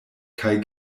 kaj